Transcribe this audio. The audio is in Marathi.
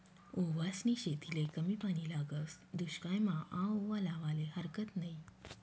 ओवासनी शेतीले कमी पानी लागस, दुश्कायमा आओवा लावाले हारकत नयी